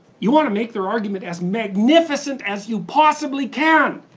you want to make their argument as magnificent as you possibly can,